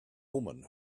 woman